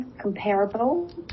comparable